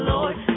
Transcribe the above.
Lord